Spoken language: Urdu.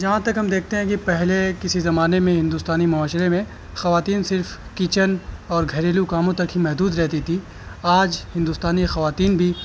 جہاں تک ہم دیکھتے ہیں کہ پہلے کسی زمانے میں ہندوستانی معاشرے میں خواتین صرف کچن اور گھریلو کاموں تک ہی محدود رہتی تھی آج ہندوستانی خواتین بھی